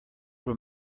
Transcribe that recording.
were